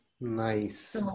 Nice